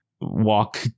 walk